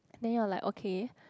then you're like okay